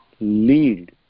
lead